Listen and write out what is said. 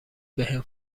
بهم